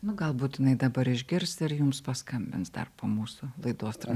nu gal būtinai dabar išgirsti ar jums paskambins tarpu mūsų laidos tra